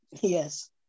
Yes